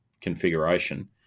configuration